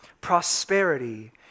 prosperity